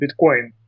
bitcoin